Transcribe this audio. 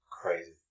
Crazy